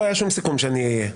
לא היה שום סיכום שאני אהיה.